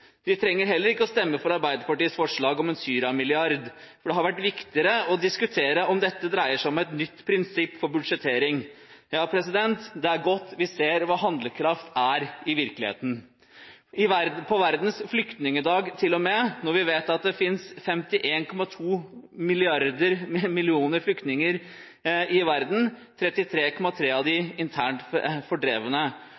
De trenger heller ikke å stemme for Arbeiderpartiets forslag om en Syria-milliard, for det har vært viktigere å diskutere om dette dreier seg om et nytt prinsipp for budsjettering. Ja, det er godt vi ser hva handlekraft er i virkeligheten – på Verdens flyktningdag til og med – når vi vet at det finnes 51,2 millioner flyktninger i verden, 33,3 millioner av dem internt fordrevne. Vi diskuterer altså her i hvilken beskaffenhet de